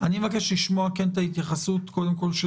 אני מבקש לשמוע קודם כול את ההתייחסות של